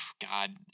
God